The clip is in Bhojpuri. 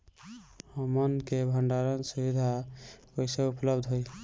हमन के भंडारण सुविधा कइसे उपलब्ध होई?